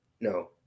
No